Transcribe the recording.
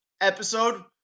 episode